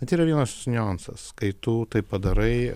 bet yra vienas niuansas kai tu tai padarai